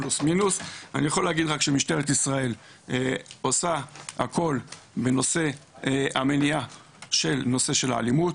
אני יכול להגיד שמשטרת ישראל עושה הכל בנושא המניעה של נושא האלימות,